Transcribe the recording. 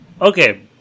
okay